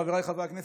חבריי חברי הכנסת,